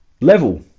level